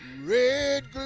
Red